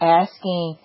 asking